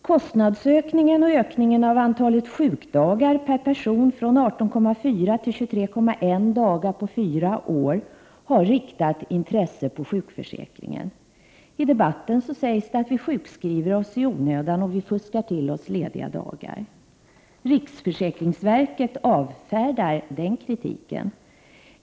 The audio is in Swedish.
Kostnadsökningarna och ökningen på fyra år av antalet sjukdagar per person från 18,4 till 23,1 har riktat intresset på sjukförsäkringen. I debatten sägs det att människor sjukskriver sig i onödan och fuskar till sig lediga dagar. Riksförsäkringsverket avfärdar den kritiken.